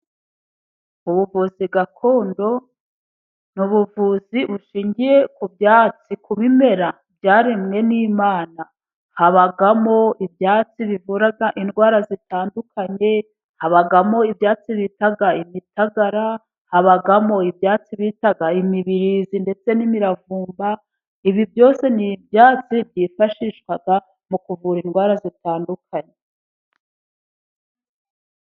Ubuvuzi gakondo ni ubuvuzi bushingiye ku byatsi, ku bimera byaremwe n'Imana, habamo ibyatsi bivura indwara zitandukanye, habamo ibyatsi bita imitagara, habamo ibyatsi bita imibirizi, ndetse n'imiravumba, ibi byose ni ibyatsi byifashishwa mu kuvura indwara zitandukanye.